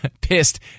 pissed